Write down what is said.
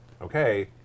okay